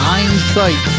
Hindsight